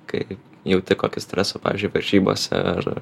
kai jauti kokį stresą pavyzdžiui varžybose ar